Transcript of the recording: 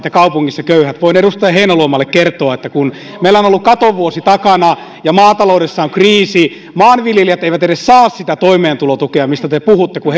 ja kaupungissa köyhät voin edustaja heinäluomalle kertoa että vaikka meillä on ollut katovuosi takana ja maataloudessa on kriisi maanviljelijät eivät edes saa sitä toimeentulotukea mistä te puhutte kun